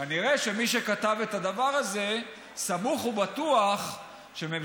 כנראה שמי שכתב את הדבר הזה סמוך ובטוח שממשלת